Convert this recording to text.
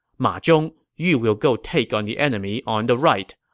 ma zhong, you will go take on the enemy on the right.